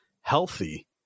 healthy